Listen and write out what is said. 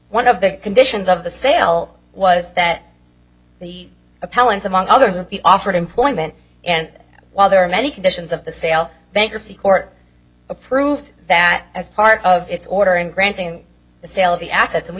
one of the conditions of the sale was that the appellant among others would be offered employment and while there are many conditions of the sale bankruptcy court approved that as part of its order in granting the sale of the assets and we